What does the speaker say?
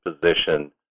position